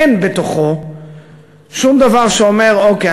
אין בתוכו שום דבר שאומר: אוקיי,